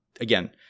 again